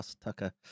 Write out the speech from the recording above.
Tucker